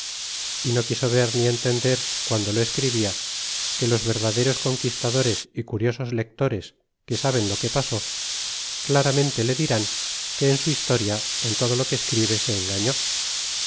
y no quiso ver ni entender piando lo escribia que los verdaderos conquistadores y curiosos lectores que saben lo que pase claramente le dirán que en su historia en todo lo que escribe se engañó